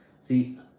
See